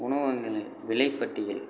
உணவகங்களின் விலை பட்டியல்